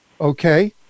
Okay